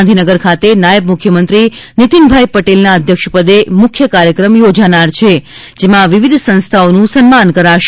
ગાંધીનગર ખાતે નાયબ મુખ્યમંત્રી નીતિનભાઈ પટેલના અધ્યક્ષપદે મુખ્ય કાર્યક્રમ યોજાનાર છે જેમાં વિવિધ સંસ્થાઓનું સન્માન કરાશે